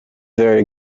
very